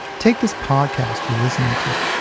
take this podcast you're listening to.